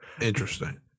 Interesting